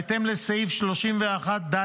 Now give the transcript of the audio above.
בהתאם לסעיף 31(ד)